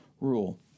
rule